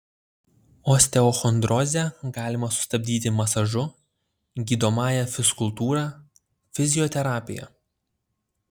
osteochondrozę galima sustabdyti masažu gydomąja fizkultūra fizioterapija